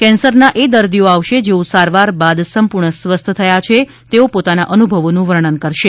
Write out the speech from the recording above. કેન્સરના એ દર્દીઓ આવશે જેઓ સારવાર બાદ સંપૂર્ણ સ્વસ્થ થયા છે તેઓ પોતાના અનુભવીનું પણ વર્ણન કરશે